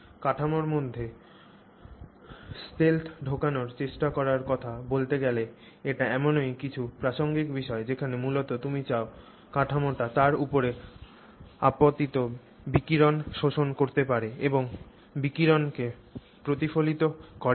কাঠামোর মধ্যে গুপ্তশক্তিকে ঢোকানোর চেষ্টা করার কথা বলতে গেলে এটি এমনই কিছু প্রাসঙ্গিক বিষয় যেখানে মূলত তুমি চাও কাঠামোটি তার উপরে আপতিত বিকিরণ শোষণ করতে পারে এবং বিকিরণকে প্রতিফলিত করে না